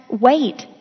wait